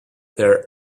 their